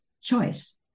choice